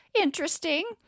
interesting